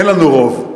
אין לנו רוב.